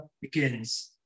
begins